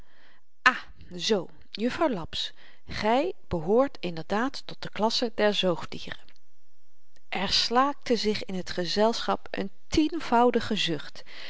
ah zoo juffrouw laps gy behoort inderdaad tot de klasse der zoogdieren er slaakte zich in t gezelschap n tienvoudige zucht